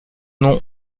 nom